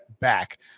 back